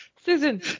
Susan